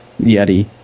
Yeti